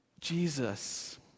Jesus